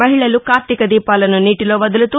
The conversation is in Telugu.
మహిళలు కార్తీక దీపాలను నీటిలో వదులుతూ